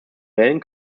wählen